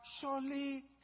surely